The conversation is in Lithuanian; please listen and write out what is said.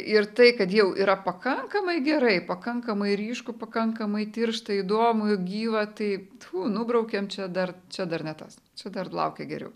ir tai kad jau yra pakankamai gerai pakankamai ryšku pakankamai tiršta įdomu gyva tai nubraukiam čia dar čia dar ne tas čia dar laukia geriau